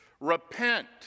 Repent